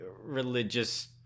religious